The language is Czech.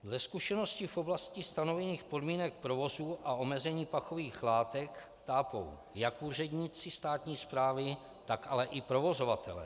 Ze zkušenosti v oblasti stanovených podmínek provozu a omezení pachových látek tápou jak úředníci státní správy, tak ale i provozovatelé.